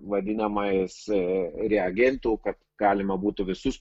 vadinamais reagentų kad galima būtų visus